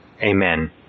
Amen